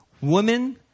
women